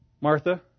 Martha